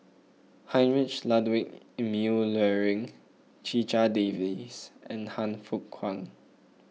Heinrich Ludwig Emil Luering Checha Davies and Han Fook Kwang